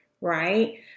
right